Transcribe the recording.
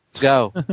go